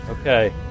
Okay